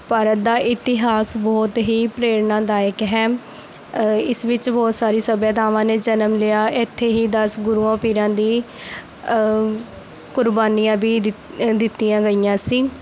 ਭਾਰਤ ਦਾ ਇਤਿਹਾਸ ਬਹੁਤ ਹੀ ਪ੍ਰੇਰਨਾਦਾਇਕ ਹੈ ਇਸ ਵਿੱਚ ਬਹੁਤ ਸਾਰੀ ਸੱਭਿਆਤਾਵਾਂ ਨੇ ਜਨਮ ਲਿਆ ਇੱਥੇ ਹੀ ਦਸ ਗੁਰੂਆਂ ਪੀਰਾਂ ਦੀ ਕੁਰਬਾਨੀਆਂ ਵੀ ਦਿੱਤ ਦਿੱਤੀਆਂ ਗਈਆਂ ਸੀ